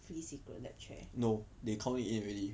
free Secret Lab chair